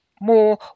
more